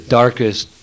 darkest